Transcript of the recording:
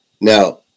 Now